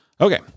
Okay